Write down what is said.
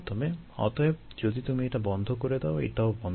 অতএব যদি তুমি এটা বন্ধ করে দাও এটাও বন্ধ হয়ে যাবে